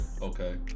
okay